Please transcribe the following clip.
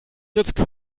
jetzt